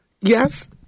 Yes